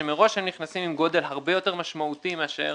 שמראש הם נכנסים עם גודל הרבה יותר משמעותי מאשר